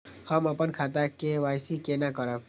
हम अपन खाता के के.वाई.सी केना करब?